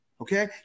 Okay